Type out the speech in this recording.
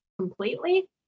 completely